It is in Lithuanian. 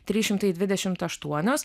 trys šimtai dvidešimt aštuonios